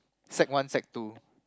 sec one sec two